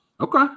Okay